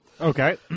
Okay